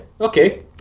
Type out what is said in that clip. okay